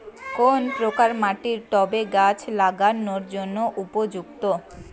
কোন প্রকার মাটি টবে গাছ লাগানোর জন্য উপযুক্ত?